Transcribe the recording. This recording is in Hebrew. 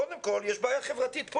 קודם כל, יש בעיה חברתית, פוליטית.